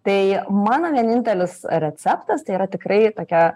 tai mano vienintelis receptas tai yra tikrai tokia